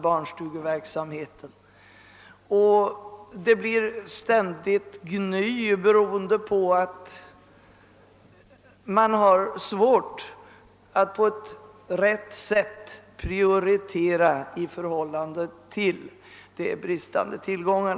Ständigt gny brukar också uppstå där beroende på att man har svårt att på rätt sätt prioritera i relation till bristande tillgångar.